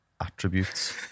attributes